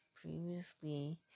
previously